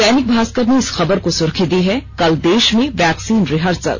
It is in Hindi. दैनिक भास्कर ने इस खबर को सुर्खी दी है कल देश में वैक्सीन रिहर्सल